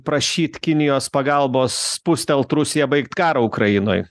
prašyt kinijos pagalbos spustelt rusiją baigt karą ukrainoj